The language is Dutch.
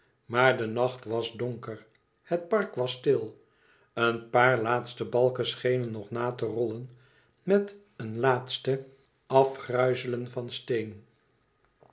maar de nacht was donker het park was stil een paar laatste balken schenen nog na te rollen met een laatst afgruizelen van steen